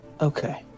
Okay